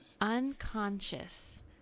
Unconscious